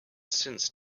since